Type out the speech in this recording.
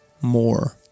more